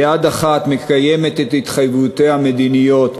ביד אחת מקיימת את התחייבויותיה המדיניות,